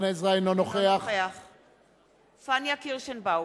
אינו נוכח פניה קירשנבאום,